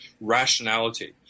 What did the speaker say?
rationality